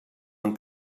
han